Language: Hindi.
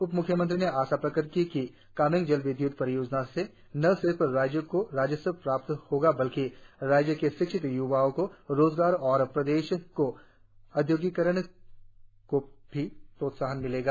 उप म्ख्यमंत्री ने आशा प्रकट की कि कामेंग़ जल विद्य्त परियोजना से न सिर्फ राज्य को राजस्व प्राप्त होगा बल्कि राज्य के शिक्षित य्वाओं को रोजगार और प्रदेश के औद्योगिकीकरण को भी प्रोत्साहन मिलेगा